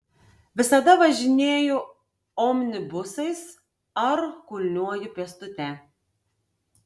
visada važinėju omnibusais ar kulniuoju pėstute